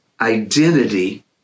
identity